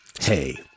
hey